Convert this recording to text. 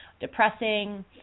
depressing